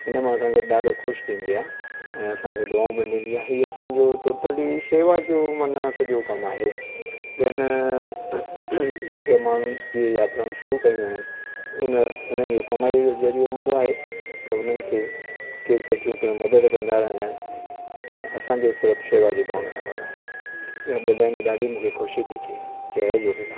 इन मां संगत ॾाढो ख़ुशि थींदी आहे ऐं असांखे दुआऊं पिणु ॾींदी आहे हीउ असां जो टोटली शेवा जो माना सॼो कमु आहे ॿियनि जेके माण्हुनि इहे यात्राऊं शुरू कयूं आहिनि उन उन्हनि जो कमाईअ जो ज़रीओ हूंदो आहे उन्हनि खे के सेठियूं पिणु मदद कंदा रहंदा आहिनि ऐं असांजो सिर्फ शेवा जी भावना सां कंदा आहियूं इहो ॿुधाईंदे ॾाढी मूंखे ख़ुशी थी थिए जय झूलेलाल